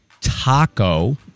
Taco